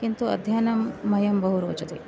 किन्तु अध्ययनं मह्यं बहु रोचते